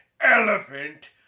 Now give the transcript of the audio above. elephant